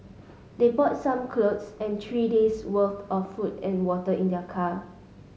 they brought some clothes and three days worth of food and water in their car